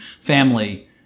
family